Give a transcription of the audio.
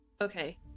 okay